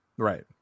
Right